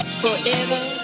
forever